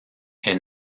est